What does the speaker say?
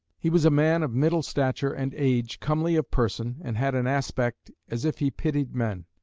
he was a man of middle stature and age, comely of person, and had an aspect as if he pitied men.